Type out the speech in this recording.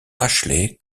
ashley